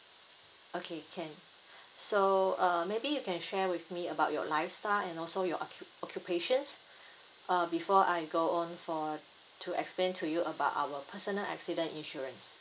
okay can so uh maybe you can share with me about your lifestyle and also your occu~ occupation uh before I go on for to explain to you about our personal accident insurance